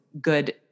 good